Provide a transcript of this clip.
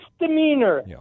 Misdemeanor